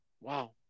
Wow